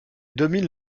domine